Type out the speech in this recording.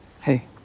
Hey